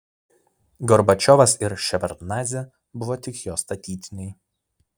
gorbačiovas ir ševardnadzė buvo tik jo statytiniai